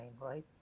right